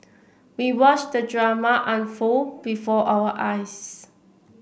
we watched the drama unfold before our eyes